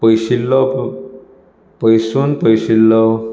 पयशिल्लो पयसून पयशिल्लो